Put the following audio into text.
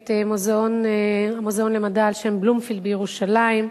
את המוזיאון למדע על-שם בלומפילד בירושלים,